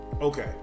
Okay